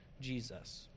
Jesus